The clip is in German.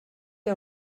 der